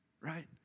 right